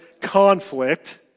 conflict